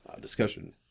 discussion